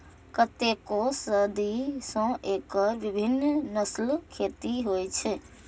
कतेको सदी सं एकर विभिन्न नस्लक खेती होइ छै